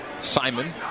Simon